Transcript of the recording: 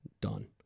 done